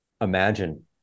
imagine